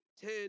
ten